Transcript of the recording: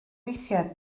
weithiau